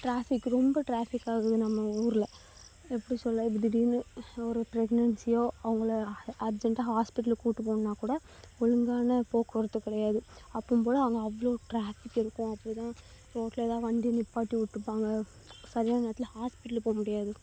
traffic ரொம்ப traffic ஆகுது நம்ம ஊரில் எப்படி சொல்ல இப்போ திடீர்ன்னு ஒரு ப்ரெக்னென்ஸியோ அவங்கள அர்ஜெண்ட்டாக ஹாஸ்பிட்டலுக்கு கூட்டு போகணும்னா கூட ஒழுங்கான போக்குவரத்து கிடையாது அப்போவும் போகல அங்கே அவ்வளவு ட்ராஃபிக்கு இருக்கும் அப்போ தான் ரோட்டில் தான் வண்டி நிப்பாட்டி விட்ருப்பாங்க சரியான நேரத்தில் ஹாஸ்பிட்டல் போக முடியாது